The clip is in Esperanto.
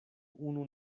unu